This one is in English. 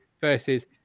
versus